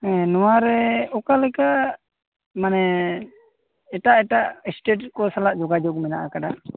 ᱮᱸ ᱱᱚᱣᱟᱨᱮ ᱚᱠᱟᱞᱮᱠᱟ ᱢᱟᱱᱮ ᱮᱴᱟᱜ ᱮᱴᱟᱜ ᱮᱥᱴᱮᱴ ᱠᱚ ᱥᱟᱞᱟᱜ ᱡᱳᱜᱟᱡᱳᱜᱽ ᱢᱮᱱᱟᱜᱼᱟᱠᱟᱫᱟ